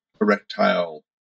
erectile